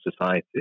society